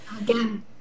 Again